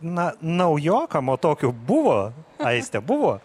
na naujokam o tokių buvo aistė buvo